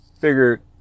Figured